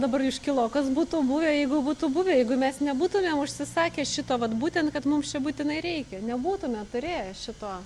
dabar iškilo kas būtų buvę jeigu būtų buvę jeigu mes nebūtumėm užsisakę šito vat būtent kad mums čia būtinai reikia nebūtume turėję šito